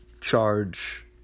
Charge